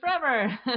forever